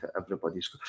everybody's